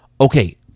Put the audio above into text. Okay